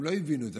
הם לא הבינו את זה.